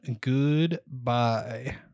goodbye